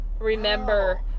Remember